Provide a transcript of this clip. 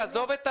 עזוב את ההורים.